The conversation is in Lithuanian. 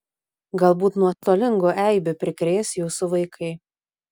galbūt nuostolingų eibių prikrės jūsų vaikai